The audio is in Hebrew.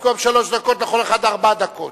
ובמקום שלוש דקות, לכל אחד ארבע דקות,